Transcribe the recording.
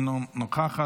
אינה נוכחת,